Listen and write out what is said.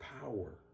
power